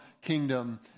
kingdom